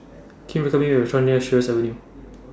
Can YOU recommend Me A Restaurant near Sheares Avenue